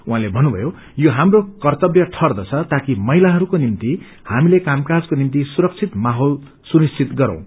उहाँले भन्नुभएको छ यो हाम्रो कर्त्तव्य ठर्इदछ ताकि महिलाहरूका निम्ति हामीले कामकाजको निम्ति सुरक्षित माहौल सुनिश्चित गरौं